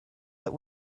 that